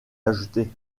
ajouté